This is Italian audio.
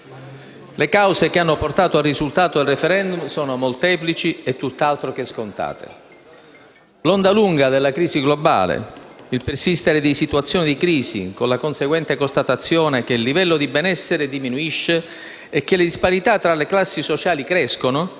Le cause che hanno portato al risultato del *referendum* sono molteplici e tutt'altro che scontate. L'onda lunga della crisi globale, il persistere di situazioni di crisi, con la conseguente constatazione che il livello di benessere diminuisce e che le disparità tra le classi sociali crescono,